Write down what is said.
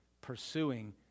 pursuing